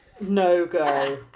No-go